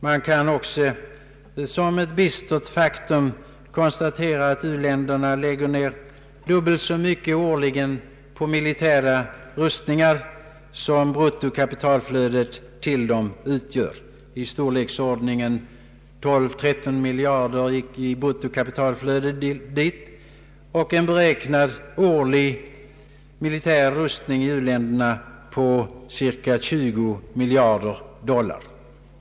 Man kan också som ett bistert faktum konstatera att u-länderna lägger ned nästan dubbelt så mycket årligen på militära rustningar som bruttokapital utflödet till dem utgör. Det är en storleksordning på 12—13 miljarder dollar i kapitalutflöde dit och en beräknad årlig militär rustning i u-länderna på cirka 20 miljarder dollar.